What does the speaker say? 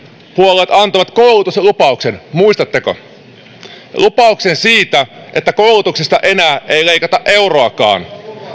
puolueet antoivat koulutuslupauksen lupauksen siitä ettei koulutuksesta enää leikata euroakaan